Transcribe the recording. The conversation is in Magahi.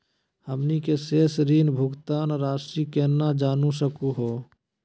हमनी के शेष ऋण भुगतान रासी केना जान सकू हो?